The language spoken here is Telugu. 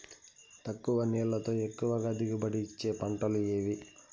తక్కువ నీళ్లతో ఎక్కువగా దిగుబడి ఇచ్చే పంటలు ఏవి?